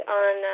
on